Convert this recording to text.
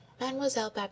mademoiselle